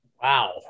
Wow